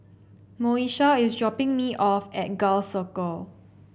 Moesha is dropping me off at Gul Circle